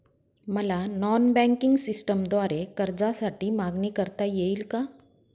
मला non banking सिस्टमद्वारे कर्जासाठी मागणी करता येईल का?